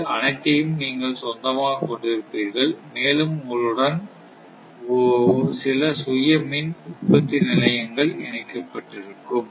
இதில் அனைத்தையும் நீங்கள் சொந்தமாக கொண்டிருப்பீர்கள் மேலும் உங்களுடன் சில சுய மின் உற்பத்தி நிலையங்கள் இணைக்கப்பட்டிருக்கும்